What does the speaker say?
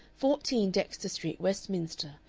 fourteen, dexter street, westminster,